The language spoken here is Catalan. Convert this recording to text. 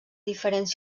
diferents